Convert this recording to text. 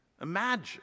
Imagine